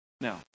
Now